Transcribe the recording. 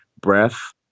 breath